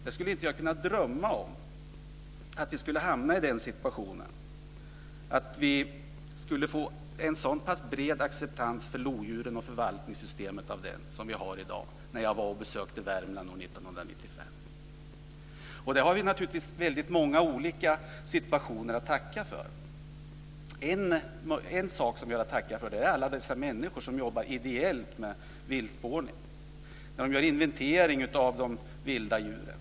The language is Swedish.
När jag besökte Värmland 1995 skulle jag inte ha kunnat drömma om att vi skulle få en så pass bred acceptans för lodjuret och förvaltningssystemet av den som vi har i dag. Det har vi väldigt många olika saker att tacka för. En sak är alla dessa människor som jobbar ideellt med viltspårning. De gör inventeringar av de vilda djuren.